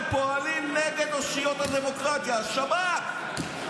הם פועלים נגד אושיות הדמוקרטיה, השב"כ.